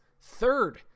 Third